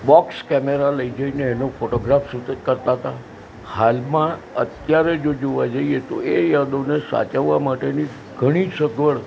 box camera લઈ જઈને અમે એનો ફોટોગ્રાફ સૂટિંગ કરતા તા હાલમાં અત્યારે જો જોવા જઈએ તો એ યાદોને સાચવવા માટેની ઘણી સગવડ